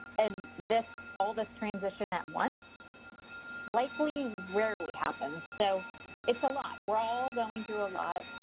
and this, all this transition at once likely rarely happens. so it's a lot, we're all going through a lot.